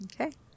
Okay